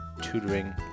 tutoring